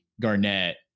Garnett